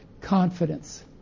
confidence